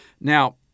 Now